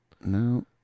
no